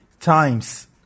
times